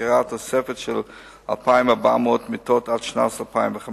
שעיקרה תוספת של 2,400 מיטות עד שנת 2015,